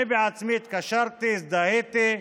אני בעצמי התקשרתי, הזדהיתי,